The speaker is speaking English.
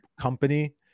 company